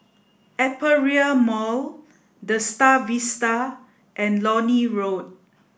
Aperia Mall The Star Vista and Lornie Road